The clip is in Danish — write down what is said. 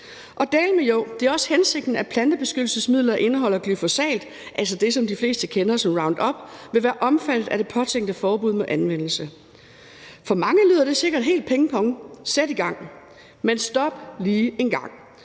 Og jo, det er dæleme også hensigten, at plantebeskyttelsesmidler indeholdende glyfosat, altså det, som de fleste kender som Roundup, vil være omfattet af det påtænkte forbud mod anvendelse. For mange lyder det sikkert helt ping-pong, sæt i gang. Men stop lige en gang,